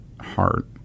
heart